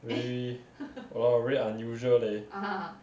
really !wah! really unusual leh